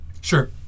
Sure